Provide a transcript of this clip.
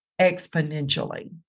exponentially